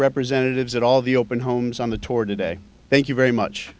representatives at all of the open homes on the tour today thank you very much